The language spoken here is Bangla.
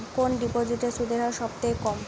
কোন ডিপোজিটে সুদের হার সবথেকে কম?